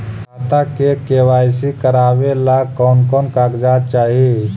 खाता के के.वाई.सी करावेला कौन कौन कागजात चाही?